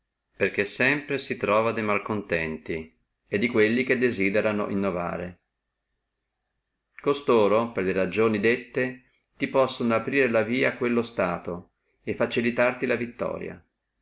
perché sempre si truova de malicontenti e di quelli che desiderano innovare costoro per le ragioni dette ti possono aprire la via a quello stato e facilitarti la vittoria